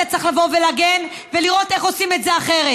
צריך לבוא ולהגן ולראות איך עושים את זה אחרת,